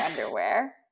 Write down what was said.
underwear